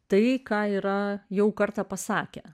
tai ką yra jau kartą pasakę